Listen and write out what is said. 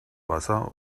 wasser